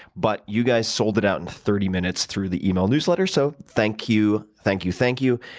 but you guys sold it out in thirty minutes through the email newsletter so, thank you, thank you, thank you.